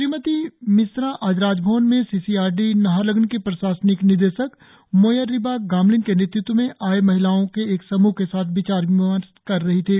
श्रीमती मिश्रा आज राजभवन में C C R D Naharlagun की प्रशासनिक निदेशक मोयर रिबा गामलिन के नेतृत्व में आए महिलाओं के एक समूह के साथ विचार विमर्श कर रही थी